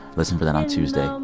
listen for that on tuesday.